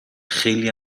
خیلی